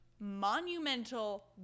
Monumental